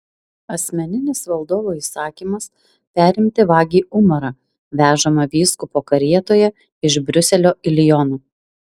asmeninis valdovo įsakymas perimti vagį umarą vežamą vyskupo karietoje iš briuselio į lioną